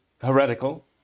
heretical